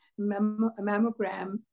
mammogram